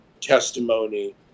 testimony